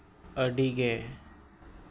ᱟᱹᱰᱤᱜᱮ